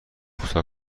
کوتاه